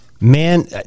Man